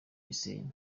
gisenyi